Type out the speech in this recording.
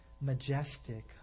majestic